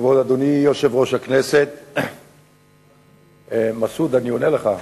כבוד אדוני יושב-ראש הכנסת, מסעוד, אני עונה לך,